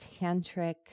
tantric